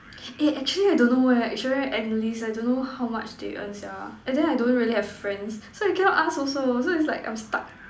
eh actually I don't know eh if should I analyst I don't know how much they earn sia and then I don't really have friends so I cannot ask also so is like I'm stuck